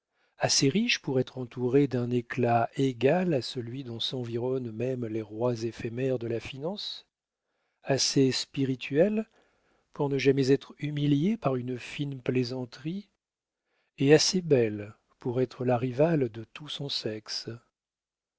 assez riche pour être entourée d'un éclat égal à celui dont s'environnent même les rois éphémères de la finance assez spirituelle pour ne jamais être humiliée par une fine plaisanterie et assez belle pour être la rivale de tout son sexe